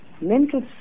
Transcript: mental